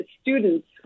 students